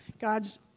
God's